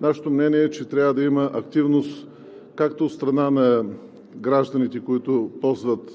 нашето мнение е, че трябва да има активност както от страна на гражданите, които ползват